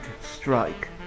Strike